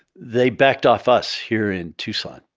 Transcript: they backed off us here in tucson,